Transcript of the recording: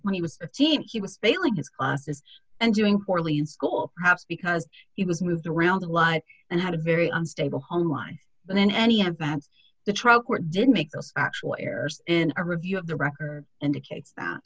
when he was a teen he was failing his classes and doing poorly in school perhaps because he was moved around a lot and had a very unstable home line but then any of that the trial court didn't make those actual errors in a review of the record indicates that